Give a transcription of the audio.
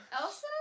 Elsa